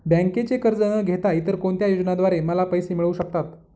बँकेचे कर्ज न घेता इतर कोणत्या योजनांद्वारे मला पैसे मिळू शकतात?